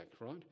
right